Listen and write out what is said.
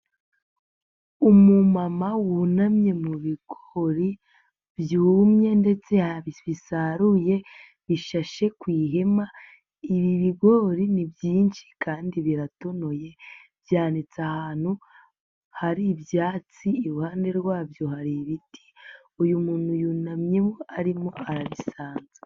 Umu mama wunamye mu bigori byumye ndetse bisaruye, bishashe ku ihema, ibi bigori ni byinshi kandi biratonoye, byanitse ahantu hari ibyatsi, iruhande rwabyo hari ibiti, uyu muntu yunamyemo, arimo arabisanza.